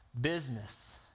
business